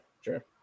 sure